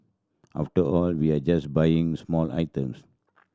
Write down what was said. after all we're just buying small items